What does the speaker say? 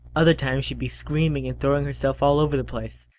other times she'd be screaming and throwing herself all over the place.